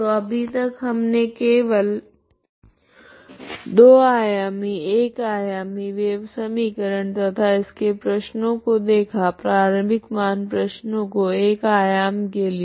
तो अभी तक हमने केवल 2 आयामी 1 आयामी वेव समीकरण तथा इसके प्रश्नो को देखा प्रारम्भिक मान प्रश्नों को 1 आयाम के लिए